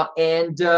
and